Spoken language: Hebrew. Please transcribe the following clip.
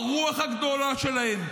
הרוח הגדולה שלהם,